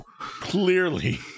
Clearly